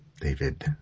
David